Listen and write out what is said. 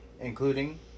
Including